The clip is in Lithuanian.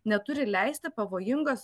neturi leisti pavojingas